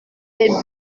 des